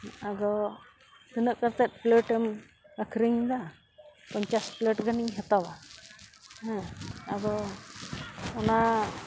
ᱟᱫᱚ ᱛᱤᱱᱟᱹᱜ ᱠᱟᱛᱮᱫ ᱯᱞᱮᱴᱮᱢ ᱟᱠᱷᱨᱤᱧᱮᱫᱟ ᱯᱚᱧᱪᱟᱥ ᱯᱞᱮᱴ ᱜᱟᱱᱮᱧ ᱦᱟᱛᱟᱣᱟ ᱦᱮᱸ ᱟᱫᱚ ᱚᱱᱟ